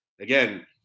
again